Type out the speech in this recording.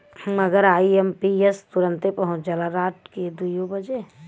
मगर आई.एम.पी.एस तुरन्ते पहुच जाला राट के दुइयो बजे